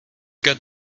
get